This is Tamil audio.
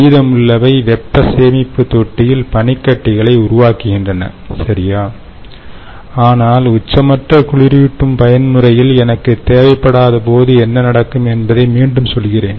மீதமுள்ளவை வெப்ப சேமிப்பக தொட்டியில் பனிக்கட்டிகளை உருவாக்குகின்றன சரியா ஆகவே உச்சமற்ற குளிரூட்டும் பயன்முறையில் எனக்கு தேவைப்படாத போது என்ன நடக்கும் என்பதை மீண்டும் சொல்கிறேன்